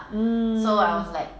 mmhmm